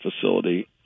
facility